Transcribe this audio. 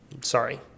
Sorry